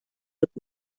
wird